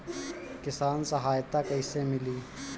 किसान सहायता कईसे मिली?